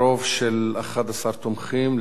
ברוב של 11 תומכים,